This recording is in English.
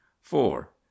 four